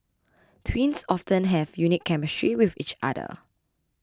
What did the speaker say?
twins often have a unique chemistry with each other